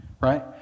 right